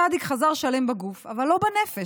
צ' חזר שלם בגוף, אבל לא בנפש.